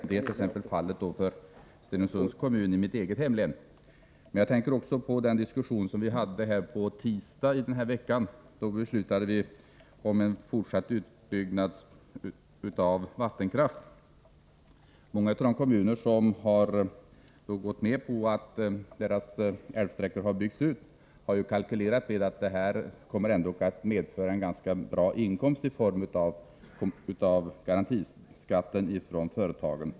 Detta är fallet för t.ex. Stenungsunds kommun i mitt eget hemlän. Men jag tänker också på den diskussion som vi hade i tisdags i denna vecka. Då beslutade vi om en fortsatt utbyggnad av vattenkraften. Många av de kommuner som har gått med på att älvsträckor inom kommunen skall byggas ut har ju kalkylerat med att detta skulle komma att medföra en ganska bra inkomst i form av garantibeskattning av företagen.